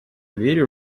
верю